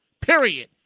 Period